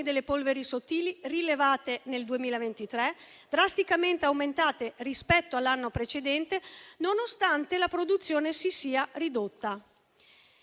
delle polveri sottili rilevate nel 2023, drasticamente aumentate rispetto all'anno precedente, nonostante la produzione si sia ridotta.